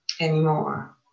anymore